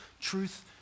truth